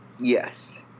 Yes